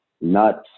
nuts